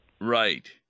Right